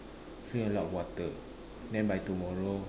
drink a lot water then by tomorrow